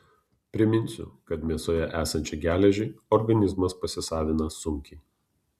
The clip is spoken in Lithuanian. priminsiu kad mėsoje esančią geležį organizmas pasisavina sunkiai